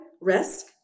risk